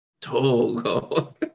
Togo